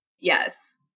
yes